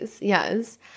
Yes